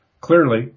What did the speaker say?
clearly